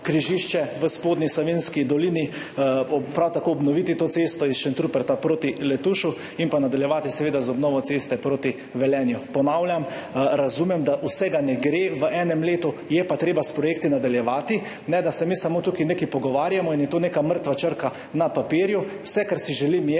križišče v Spodnji Savinjski dolini, prav tako obnoviti to cesto iz Šentruperta proti Letušu in pa seveda nadaljevati z obnovo ceste proti Velenju. Ponavljam, razumem, da vsega ne gre v enem letu, je pa treba s projekti nadaljevati, ne da se mi samo tukaj nekaj pogovarjamo in je to neka mrtva črka na papirju. Vse, kar si želim, je,